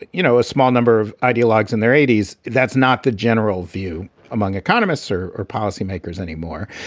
you know, a small number of ideologues in their eighty s, that's not the general view among economists or or policymakers anymore.